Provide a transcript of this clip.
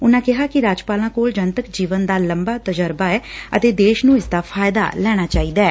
ਉਨੂਾ ਕਿਹਾ ਕਿ ਰਾਜਪਾਲਾਂ ਕੋਲ ਜਨਤਕ ਜੀਵਨ ਦਾ ਲੰਬਾ ਤਜਰਬਾ ਐ ਅਤੇ ਦੇਸ਼ ਨੂੰ ਇਸ ਦਾ ਫਾਇਦਾ ਲੈਣਾ ਚਾਹੀਦੈ